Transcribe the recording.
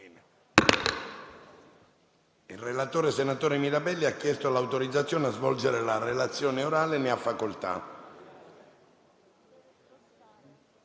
Il relatore, senatore Petrocelli, ha chiesto l'autorizzazione a svolgere la relazione orale. Non facendosi